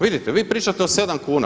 Vidite vi pričate o 7 kuna.